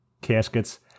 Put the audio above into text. caskets